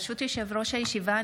ברשות יושב-ראש הישיבה,